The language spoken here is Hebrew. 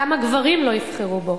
כמה גברים לא יבחרו בו,